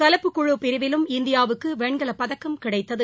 கலப்புப் குழு பிரிவிலும் இந்தியாவுக்கு வெண்கலப்பதக்கம் கிடைத்தது